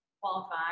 qualify